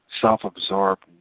self-absorbed